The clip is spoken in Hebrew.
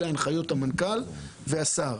אלה הנחיות המנכ"ל והשר.